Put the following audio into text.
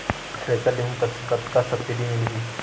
Thresher लेहूं त कतका सब्सिडी मिलही?